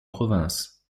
province